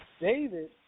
David